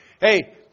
Hey